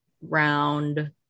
round